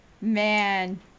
Man